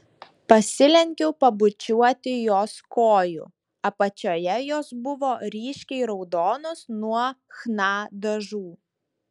pasilenkiau pabučiuoti jos kojų apačioje jos buvo ryškiai raudonos nuo chna dažų